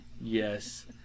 Yes